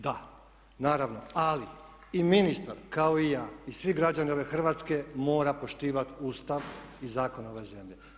Da, naravno ali i ministar kao i ja i svi građani ove Hrvatske mora poštivati Ustav i zakone ove zemlje.